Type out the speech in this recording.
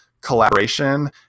collaboration